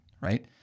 Right